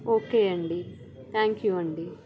okay అండి thank you అండి